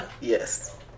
Yes